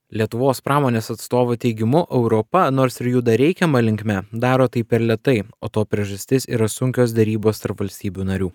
lietuvos pramonės atstovo teigimu europa nors ir juda reikiama linkme daro tai per lėtai o to priežastis yra sunkios derybos tarp valstybių narių